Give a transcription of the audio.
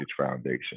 Foundation